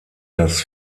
das